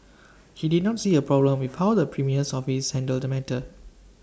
he did not see A problem with how the premier's office handled the matter